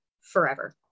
forever